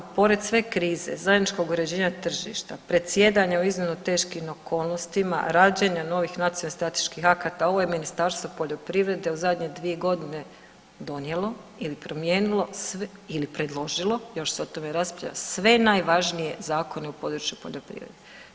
Pored sve krize, zajedničkog uređenja tržišta, predsjedanje u izuzetno teškim okolnostima, rađanje novih nacionalnih strateških akata ovo je Ministarstvo poljoprivrede u zadnje 2 godine donijelo ili promijenilo ili predložilo još se o tome raspravlja sve najvažnije zakone u području poljoprivrede.